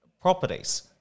properties